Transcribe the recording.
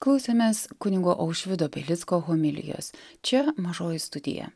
klausėmės kunigo aušvydo belicko homilijos čia mažoji studija